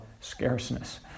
scarceness